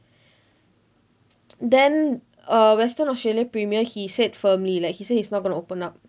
then err western australia premier he said firmly like he say he's not gonna open up